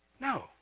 No